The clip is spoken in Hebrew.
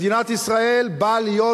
מדינת ישראל באה להיות,